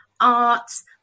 arts